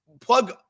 plug